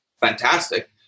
fantastic